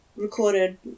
Recorded